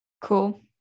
Cool